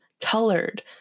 colored